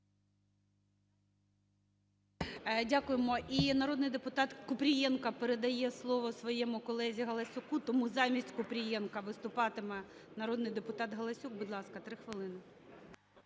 Дякуємо. І народний депутат Купрієнко передає слово своєму колезі Галасюку. Тому замість Купрієнка виступатиме народний депутат Галасюк. Будь ласка, 3 хвилини.